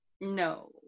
No